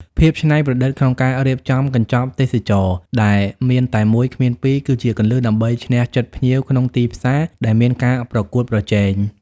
ភាពច្នៃប្រឌិតក្នុងការរៀបចំកញ្ចប់ទេសចរណ៍ដែលមានតែមួយគ្មានពីរ គឺជាគន្លឹះដើម្បីឈ្នះចិត្តភ្ញៀវក្នុងទីផ្សារដែលមានការប្រកួតប្រជែង។